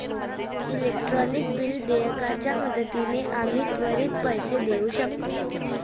electronic bill देयकाच्या मदतीने आम्ही त्वरित पैसे देऊ शकतो